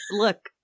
Look